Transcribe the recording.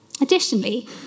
Additionally